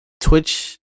Twitch